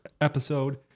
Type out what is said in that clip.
episode